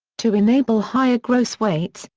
to enable higher gross weights,